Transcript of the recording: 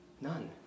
None